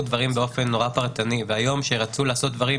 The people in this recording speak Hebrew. דברים באופן נורא פרטני והיום כשרצו לעשות דברים,